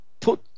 put